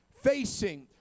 facing